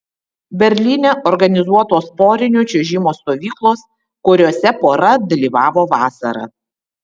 berlyne organizuotos porinio čiuožimo stovyklos kuriose pora dalyvavo vasarą